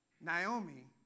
Naomi